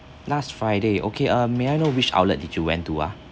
last friday okay err may I know which outlet did you went to ah